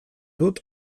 dut